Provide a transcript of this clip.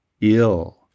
ill